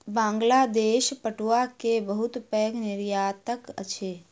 बांग्लादेश पटुआ के बहुत पैघ निर्यातक अछि